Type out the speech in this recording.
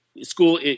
school